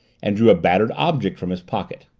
and drew a battered object from his pocket.